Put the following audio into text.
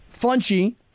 Funchy